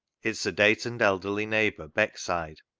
its sedate and elderly neighbour. beck side,